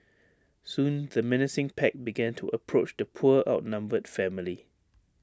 soon the menacing pack began to approach the poor outnumbered family